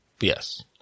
Yes